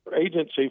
agency